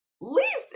least